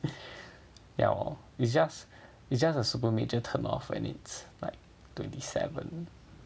ya well it's just it's just a super major turn off when it's like twenty seven